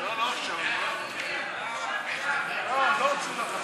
חוק הזכות לעבודה